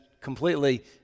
completely